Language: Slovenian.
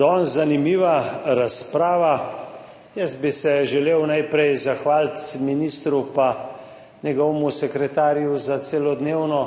Danes zanimiva razprava. Želel bi se najprej zahvaliti ministru pa njegovemu sekretarju za celodnevno